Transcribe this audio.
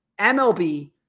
MLB